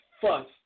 fuss